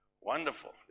wonderful